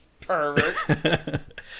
pervert